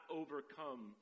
overcome